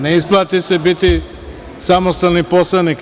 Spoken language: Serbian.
Ne isplati se biti samostalni poslanik.